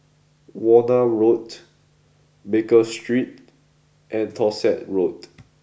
Warna Road Baker Street and Dorset Road